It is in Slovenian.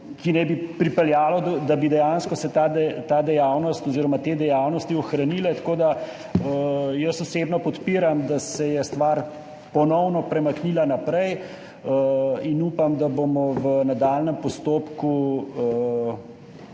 ki naj bi pripeljali do tega, da bi se dejansko ta dejavnost oziroma te dejavnosti ohranile. Jaz osebno podpiram, da se je stvar ponovno premaknila naprej, in upam, da bomo v nadaljnjem postopku,